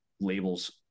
labels